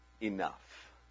Enough